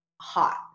hot